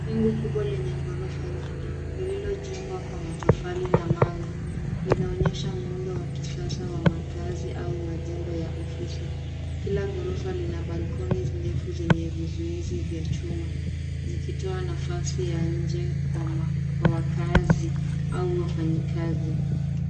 Jengo kubwa lenye ghorofa nyingi lililojengwa kwa matofali na mawe linaonyesha muundo wa kisasa wa makazi au majengo ya ofisi. Kila ghorofa lina balconies ndefu zenye vizuizi vya chuma zikitoa nafasi ya nje kwa wakaazi au wafanyikazi.